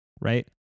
right